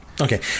okay